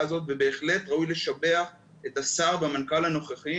הזאת ובהחלט ראוי לשבח את השר והמנכ"ל הנוכחיים